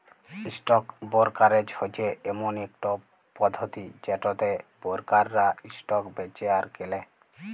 stock brokerage হচ্যে ইমন একট পধতি যেটতে বোরকাররা ইসটক বেঁচে আর কেলে